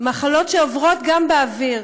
מחלות שעוברות גם באוויר.